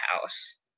house